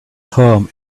home